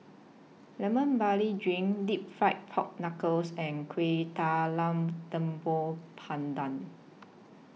Lemon Barley Drink Deep Fried Pork Knuckles and Kuih Talam Tepong Pandan